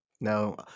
No